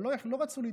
אבל לא רצו לדאוג,